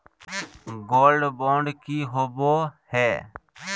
Gold bond की होबो है?